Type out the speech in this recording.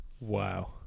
Wow